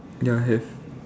ya have